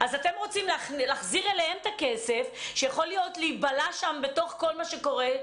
אז אתם רוצים להחזיר אליהם את הכסף שאולי ייבלע שם בתוך כל מה שקורה,